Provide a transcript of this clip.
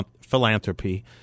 Philanthropy